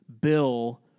Bill